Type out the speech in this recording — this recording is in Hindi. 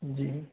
जी